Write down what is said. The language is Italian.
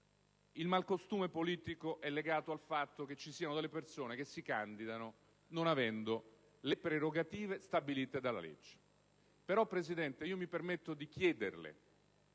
il malcostume politico è legato al fatto che alcune persone si candidano non avendo le prerogative stabilite dalla legge. Presidente, mi permetto di fare